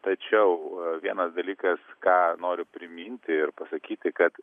tačiau vienas dalykas ką noriu priminti ir pasakyti kad